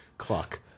Clock